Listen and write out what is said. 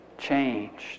Changed